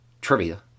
trivia